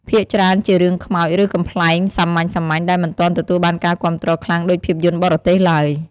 ភាគច្រើនជារឿងខ្មោច ឬកំប្លែងសាមញ្ញៗ ដែលមិនទាន់ទទួលបានការគាំទ្រខ្លាំងដូចភាពយន្តបរទេសឡើយ។